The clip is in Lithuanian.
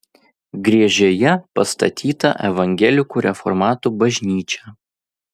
griežėje pastatyta evangelikų reformatų bažnyčia